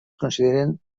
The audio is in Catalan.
consideren